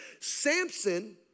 Samson